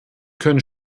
können